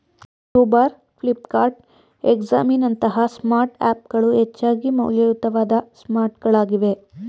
Uber, Flipkart, ಎಕ್ಸಾಮಿ ನಂತಹ smart app ಗಳು ಹೆಚ್ಚು ಮೌಲ್ಯಯುತವಾದ ಸ್ಮಾರ್ಟ್ಗಳಾಗಿವೆ